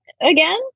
again